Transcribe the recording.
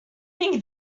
think